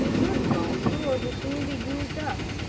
your small store will soon be used up,